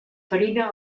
farina